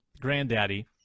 granddaddy